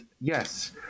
yes